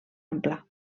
ampla